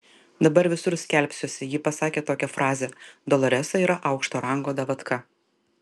dabar visur skelbsiuosi ji pasakė tokią frazę doloresa yra aukšto rango davatka